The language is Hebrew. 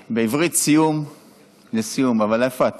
בעברית סיום זה סיום, אבל, איפה אתה?